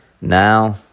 Now